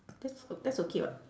that's o~ that's okay [what]